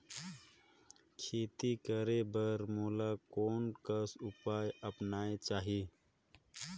खेती करे बर मोला कोन कस उपाय अपनाये चाही?